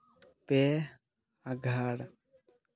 ᱯᱮ ᱟᱸᱜᱷᱟᱲ